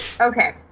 Okay